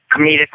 comedic